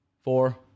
four